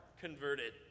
converted